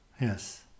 Yes